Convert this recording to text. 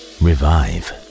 revive